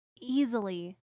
easily